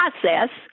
process